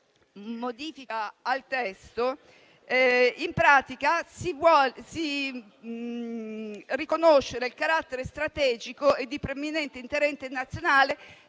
modifica al testo in pratica si vuole riconoscere il carattere strategico e di preminente interesse nazionale